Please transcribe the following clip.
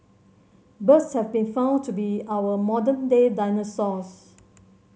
birds have been found to be our modern day dinosaurs